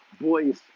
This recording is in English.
boys